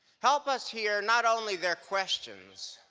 help us hear not only their questions,